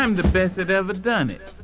um the best it ever done it.